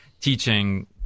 teaching